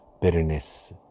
bitterness